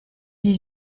dix